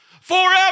forever